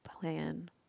plan